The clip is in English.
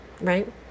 right